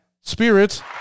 Spirits